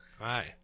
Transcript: Hi